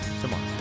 tomorrow